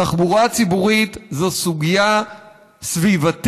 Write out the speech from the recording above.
תחבורה ציבורית זו סוגיה סביבתית,